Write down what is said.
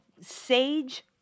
sage